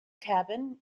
cabin